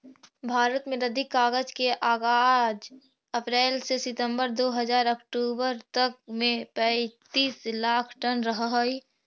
भारत में रद्दी कागज के आगाज अप्रेल से सितम्बर दो हज़ार अट्ठरह तक में पैंतीस लाख टन रहऽ हई